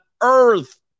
earth